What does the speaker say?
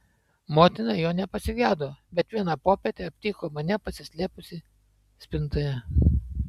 motina jo nepasigedo bet vieną popietę aptiko mane pasislėpusį spintoje